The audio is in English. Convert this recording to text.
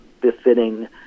befitting